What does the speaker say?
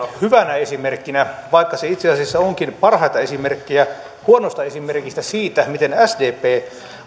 hyvänä esimerkkinä vaikka se itse asiassa onkin parhaita esimerkkejä huonosta esimerkistä siitä miten sdp